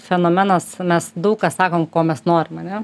fenomenas mes daug ką sakom ko mes norim ane